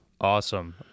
Awesome